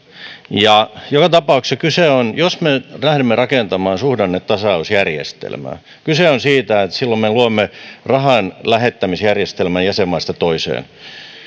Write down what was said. joka tapauksessa jos me nyt lähdemme rakentamaan suhdannetasausjärjestelmää kyse on siitä että silloin me luomme rahanlähettämisjärjestelmän jäsenmaasta toiseen